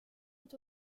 est